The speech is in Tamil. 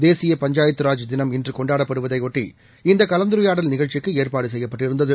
தேசிய பஞ்சாயத்துராஜ் தினம் இன்றுகொண்டாடப் படுவதையொட்டி இந்தகலந்துரையாடல் நிகழ்ச்சிக்குஏற்பாடுசெய்யப்பட்டிருந்தது